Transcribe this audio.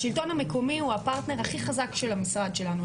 השלטון המקומי הוא הפרטנר הכי חזק של המשרד שלנו.